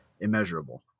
immeasurable